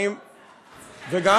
שר האוצר.